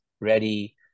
ready